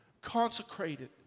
consecrated